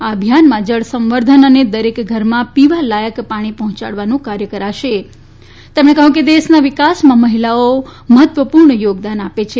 આ અભિયાનમાં જળ સંવર્ધન અને દરેક ઘરમાં પીવાલાક પાણી પહોંચાડવાનું કાર્ય કરાશે તેમણે કહ્યું કે દેરાના વિકાસમાં મહિલાઓ મહત્વપૂર્ણ યોગદાન આપે છે